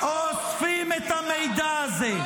-- אוספים את המידע הזה?